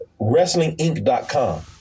WrestlingInc.com